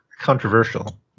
controversial